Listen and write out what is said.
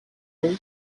quiz